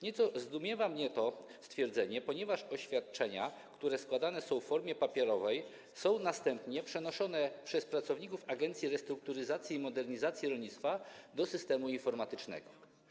Nieco zdumiewa mnie to stwierdzenie, ponieważ oświadczenia, które składane są w formie papierowej, są następnie przenoszone przez pracowników Agencji Restrukturyzacji i Modernizacji Rolnictwa do systemu informatycznego.